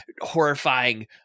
horrifying